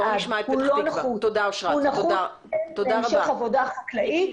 הוא נחוץ להמשך עבודה חקלאית.